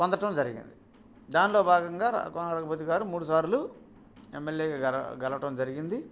పొందడం జరిగింది దానిలో భాగంగా కోనా రఘుపతి గారు మూడుసార్లు ఎమ్ ఎల్ ఏగా గెలవడం జరిగింది